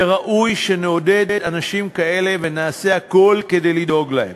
וראוי שנעודד אנשים כאלה ונעשה הכול כדי לדאוג להם.